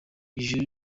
ijuru